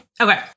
Okay